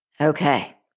Okay